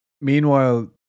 Meanwhile